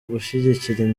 gushyigikira